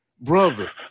brother